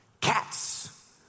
Cats